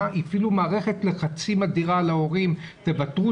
הפעילו מערכת לחצים אדירה על ההורים 'תוותרו